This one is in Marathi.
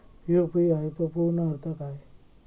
यू.पी.आय चो पूर्ण अर्थ काय?